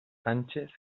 sánchez